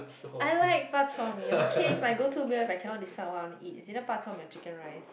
I like bak-chor-mee okay it's my go to meal if I cannot decide what I want to eat it's either bak-chor-mee or chicken rice